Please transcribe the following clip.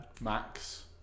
Max